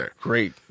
great